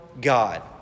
God